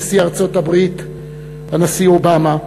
נשיא ארצות-הברית אובמה,